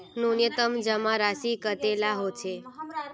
न्यूनतम जमा राशि कतेला होचे?